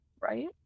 right